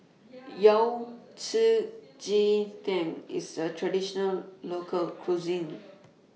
Yao Cai Ji Tang IS A Traditional Local Cuisine